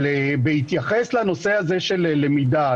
אבל בהתייחס לנושא הזה של למידה,